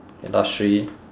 last three